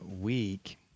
week